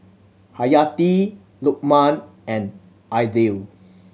Hayati Lukman and Aidil